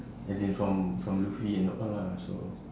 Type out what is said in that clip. as in from from lutfi and all lah so